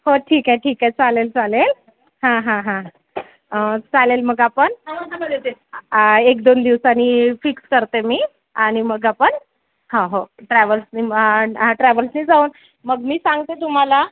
हो ठीक आहे ठीक आहे चालेल चालेल हां हां हां चालेल मग आपण एक दोन दिवसांनी फिक्स करते मी आणि मग आपण हं हो ट्रॅव्हल्सनी म्हण ट्रॅव्हल्सनी जाऊ मग मी सांगते तुम्हाला